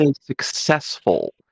successful